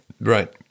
Right